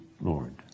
Lord